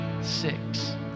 Six